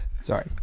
Sorry